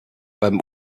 beim